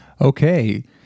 Okay